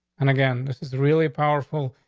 and again, this is really powerful.